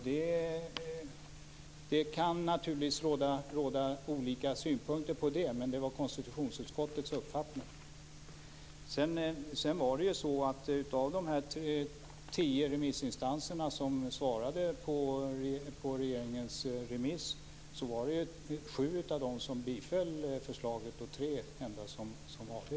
Det kan man naturligtvis ha olika åsikter om, men det var konstitutionsutskottets uppfattning. Av de tio instanser som svarade på regeringens remiss var det sju som tillstyrkte förslaget och bara tre som avstyrkte.